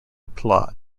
plot